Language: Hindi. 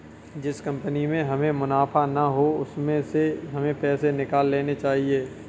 जिस कंपनी में हमें मुनाफा ना हो उसमें से हमें पैसे निकाल लेने चाहिए